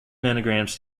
nanograms